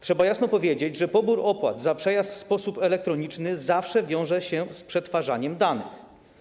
Trzeba jasno powiedzieć, że pobór opłat za przejazd w sposób elektroniczny zawsze wiąże się z przetwarzaniem danych.